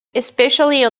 especially